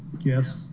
Yes